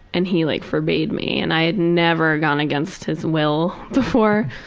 and he like forbade me and i had never gone against his will before.